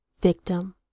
victim